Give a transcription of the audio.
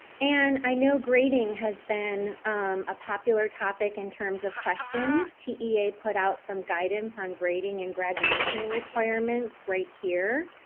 and i know grading has been a popular topic in terms of questions. tea put out some guidance on grading and graduation requirements right here.